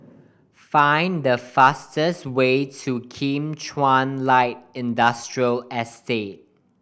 find the fastest way to Kim Chuan Light Industrial Estate